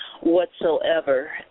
whatsoever